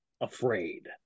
afraid